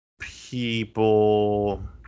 people